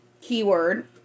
keyword